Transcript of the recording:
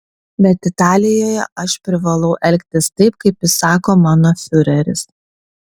bet italijoje aš privalau elgtis taip kaip įsako mano fiureris